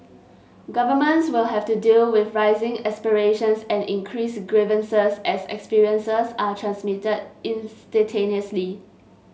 governments will have to deal with rising aspirations and increased grievances as experiences are transmitted instantaneously